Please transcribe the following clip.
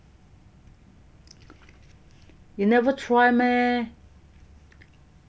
you never try meh